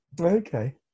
Okay